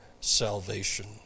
salvation